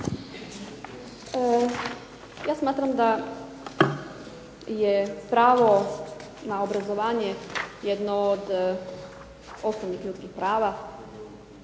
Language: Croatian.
Ja smatram da je pravo na obrazovanje jedno od osnovnih ljudskih prava